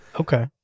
Okay